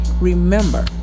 remember